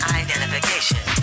identification